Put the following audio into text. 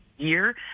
year